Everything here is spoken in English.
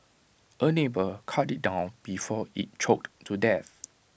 A neighbour cut IT down before IT choked to death